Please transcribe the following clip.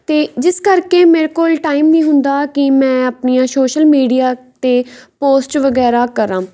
ਅਤੇ ਜਿਸ ਕਰਕੇ ਮੇਰੇ ਕੋਲ ਟਾਈਮ ਨਹੀਂ ਹੁੰਦਾ ਕਿ ਮੈਂ ਆਪਣੀਆਂ ਸੋਸ਼ਲ ਮੀਡੀਆ 'ਤੇ ਪੋਸਟ ਵਗੈਰਾ ਕਰਾਂ